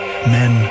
Men